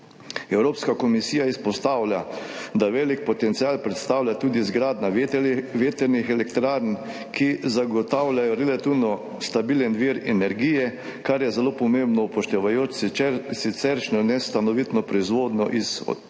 Evropska komisija izpostavlja, da velik potencial predstavlja tudi izgradnja vetrnih elektrarn, ki zagotavljajo relativno stabilen vir energije, kar je zelo pomembno, upoštevajoč siceršnjo nestanovitno proizvodnjo iz obnovljivih